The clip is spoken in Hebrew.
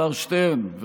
השר שטרן: